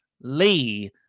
Lee